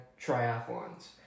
triathlons